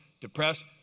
depressed